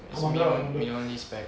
it's beyond beyond it's spec